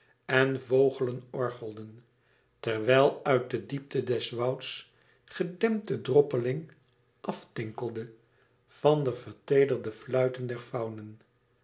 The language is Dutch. en vogelen orgelden terwijl uit de diepte des wouds gedempt de droppeling af tinkelde van de verteederde fluiten der faunen